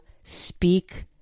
speak